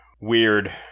weird